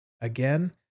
again